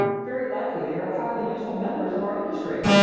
very likely they are highly useful members of our industry.